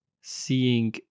seeing